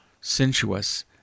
sensuous